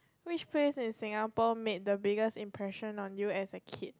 which place in Singapore made the biggest impression on you as a kid